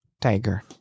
Tiger